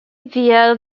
via